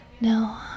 No